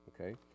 Okay